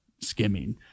skimming